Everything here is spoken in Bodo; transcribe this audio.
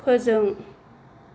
फोजों